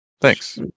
thanks